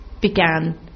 began